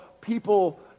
people